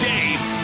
Dave